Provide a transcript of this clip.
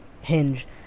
hinge